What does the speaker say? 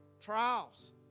trials